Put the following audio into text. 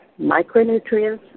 micronutrients